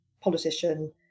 politician